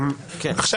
זה